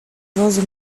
wozu